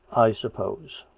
i suppose.